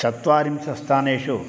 चत्वारिंशत् स्थानेषु